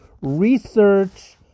research